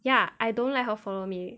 ya I don't let her follow me